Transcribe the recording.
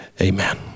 amen